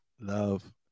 love